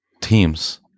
teams